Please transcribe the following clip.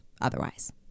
otherwise